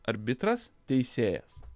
arbitras teisėjas